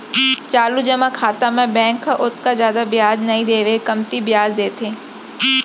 चालू जमा खाता म बेंक ह ओतका जादा बियाज नइ देवय कमती बियाज देथे